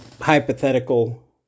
hypothetical